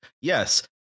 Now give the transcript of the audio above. Yes